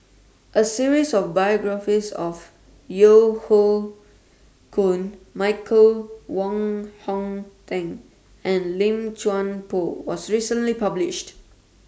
A series of biographies of Yeo Hoe Koon Michael Wong Hong Teng and Lim Chuan Poh was recently published